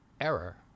error